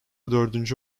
dördüncü